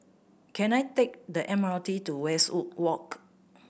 can I take the M R T to Westwood Walk